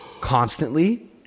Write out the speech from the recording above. constantly